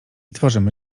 tworzymy